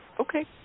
Okay